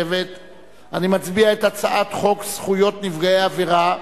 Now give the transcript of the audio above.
אני מצביע את הצעת חוק זכויות נפגעי עבירה (תיקון,